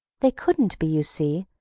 they couldn't be, you see,